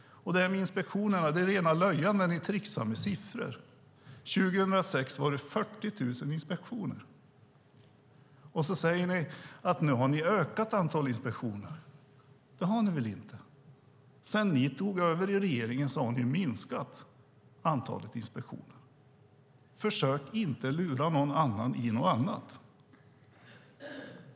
Beträffande inspektörerna är det rena löjan när ni tricksar med siffror. År 2006 gjordes 40 000 inspektioner, och ni säger att ni nu har ökat antalet. Det har ni inte alls. Sedan ni tog över regeringsmakten har antalet inspektioner minskat. Försök inte lura i folk någonting annat.